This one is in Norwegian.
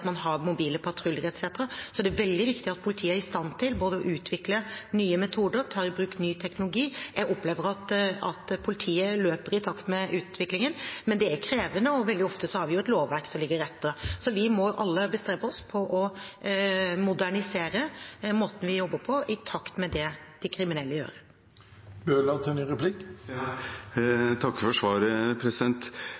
man har mobile patruljer, etc. Så det er veldig viktig at politiet både er i stand til å utvikle nye metoder og tar i bruk ny teknologi. Jeg opplever at politiet løper i takt med utviklingen, men det er krevende, og veldig ofte har vi et lovverk som ligger etter. Så vi må alle bestrebe oss på å modernisere måten vi jobber på, i takt med det de kriminelle